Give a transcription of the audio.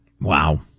Wow